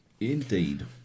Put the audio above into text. Indeed